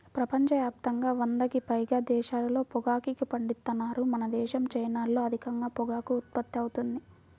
ప్రపంచ యాప్తంగా వందకి పైగా దేశాల్లో పొగాకుని పండిత్తన్నారు మనదేశం, చైనాల్లో అధికంగా పొగాకు ఉత్పత్తి అవుతుంది